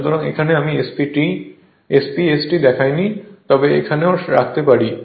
সুতরাং এখানে আমি SP ST দেখাইনি তবে এখানেও রাখতে পারি